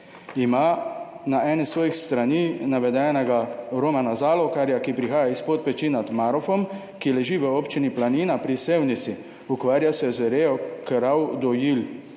ima na eni svojih strani navedenega Romana Zalokarja, ki prihaja iz Podpeči nad Marofom, ki leži v občini Planina pri Sevnici, ukvarja se z rejo krav dojilj